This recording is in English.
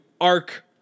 arc